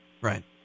Right